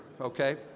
okay